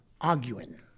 arguing